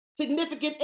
significant